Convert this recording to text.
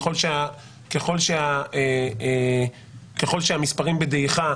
ככל שהמספרים בדעיכה,